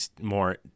more